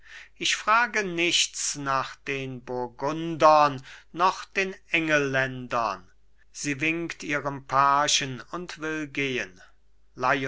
ich frage nichts nach den burgundern noch den engelländern sie winkt ihrem pagen und will gehen